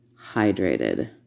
hydrated